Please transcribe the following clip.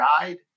guide